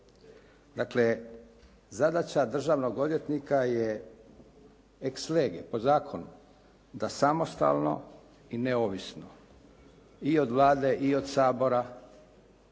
Dakle, zadaća državnog odvjetnika je ex lege, po zakonu da samostalno i neovisno i od Vlade i od Sabora